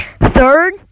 Third